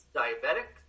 diabetic